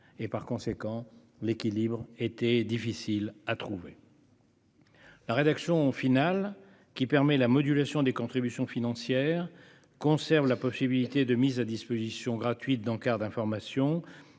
des déchets. L'équilibre est complexe à trouver. La rédaction finale, qui permet la modulation des contributions financières, conserve la possibilité de mise à disposition gratuite d'encarts d'information,